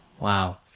Wow